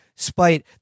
spite